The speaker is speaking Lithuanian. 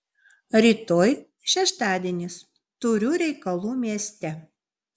rytoj šeštadienis turiu reikalų mieste